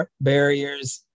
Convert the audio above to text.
barriers